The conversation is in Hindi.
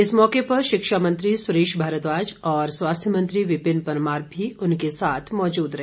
इस मौके पर शिक्षामंत्री सुरेश भारद्वाज और स्वास्थ्य मंत्री विपिन परमार भी उनके साथ मौजूद रहे